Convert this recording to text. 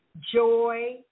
joy